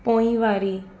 पोइवारी